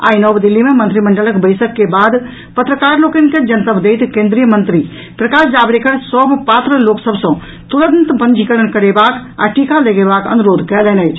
आइ नव दिल्ली मे मंत्रिमंडलक बैसक के बाद पत्रकार लोकनि के जनतब दैत केंद्रीय मंत्री प्रकाश जावड़ेकर सभ पात्र लोक सभ सॅ तुरंत पंजीकरण करेबाक आ टीमा लगेबाक अनुरोध कयलनि अछि